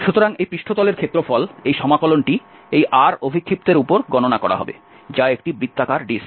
সুতরাং এই পৃষ্ঠতলের ক্ষেত্রফল এই সমাকলনটি এই R অভিক্ষিপ্তের উপর গণনা করা হবে যা একটি বৃত্তাকার ডিস্ক